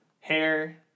hair